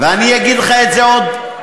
ואני אגיד לך את זה עוד,